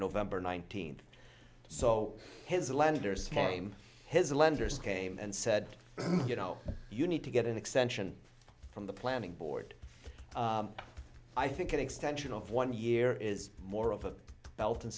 november nineteenth so his lenders his lenders came and said you know you need to get an extension from the planning board i think an extension of one year is more of a belt